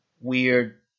weird